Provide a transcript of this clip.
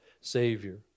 Savior